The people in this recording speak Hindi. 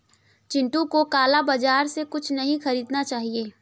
चिंटू को काला बाजार से कुछ नहीं खरीदना चाहिए